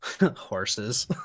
horses